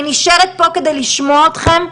אני נשארת פה כדי לשמוע אתכם,